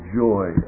joy